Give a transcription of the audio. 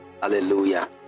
Hallelujah